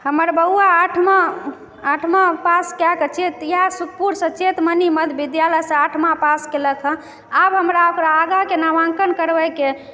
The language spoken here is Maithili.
हमर बौआ आठमा आठमा पास कए कऽ चैत इएह सुखपुरसँ चैत मनी मध्य विद्यालयसँ आठमा पास कैलक हँ आब हमरा ओकरा आगाकेँ नामाङ्कन करबैके